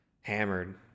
hammered